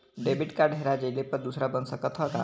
Debit card हेरा जइले पर दूसर बन सकत ह का?